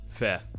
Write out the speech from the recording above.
Fair